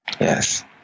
Yes